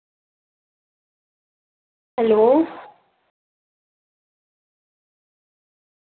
hello